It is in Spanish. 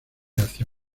hacia